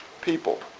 people